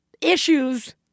issues